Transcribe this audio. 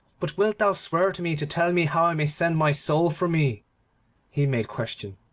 but wilt thou swear to me to tell me how i may send my soul from me he made question.